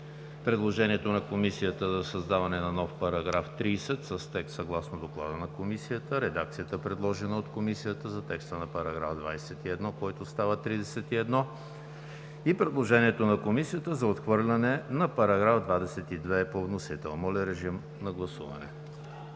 предложението на Комисията за създаване на нов § 30 с текст съгласно Доклада на Комисията; редакцията, предложена от Комисията за текста на § 21, който става § 31; и предложението на Комисията за отхвърляне на § 22 по вносител. Гласували